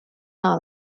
not